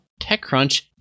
TechCrunch